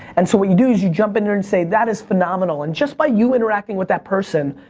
and so what you do is you jump in there and say, that is phenomenal. and just by you interacting with that person,